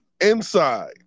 inside